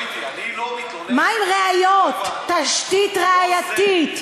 מה עם ראיות, תשתית ראייתית?